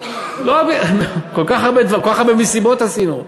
כל כך הרבה מסיבות עשינו.